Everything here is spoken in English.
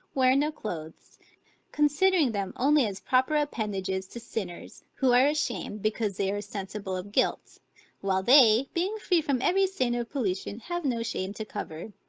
wear no clothes considering them only as proper appendages to sinners, who are ashamed, because they are sensible of guilt while they, being free from every stain of pollution, have no shame to cover.